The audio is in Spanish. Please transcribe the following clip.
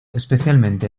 especialmente